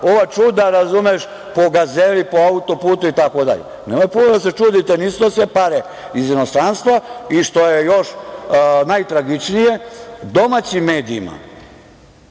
ova čuda po Gazeli, po autoputu itd? Nemojte puno da se čudite, nisu to sve pare iz inostranstva i što je još najtragičnije, domaćim medijima